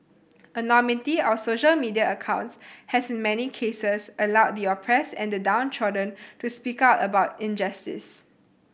anonymity of social media accounts has in many cases allowed the oppressed and the downtrodden to speak out about injustice